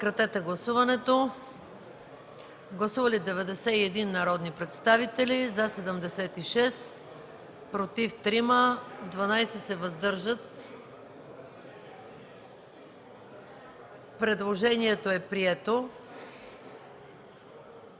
Предложението е прието.